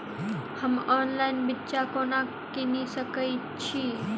हम ऑनलाइन बिच्चा कोना किनि सके छी?